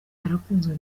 arakunzwe